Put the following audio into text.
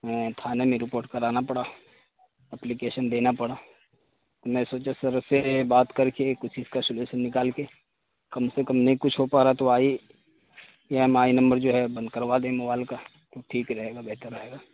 تھانے میں رپوٹ کرانا پڑا اپلیکیشن دینا پڑا میں سوچا سر سے بات کر کے کچھ اس کا سلیوشن نکال کے کم سے کم نہیں کچھ ہو پا رہا تو I A M I number جو ہے بند کروا دیں موبائل کا تو ٹھیک رہے گا بہتر رہے گا